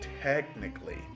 technically